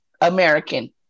american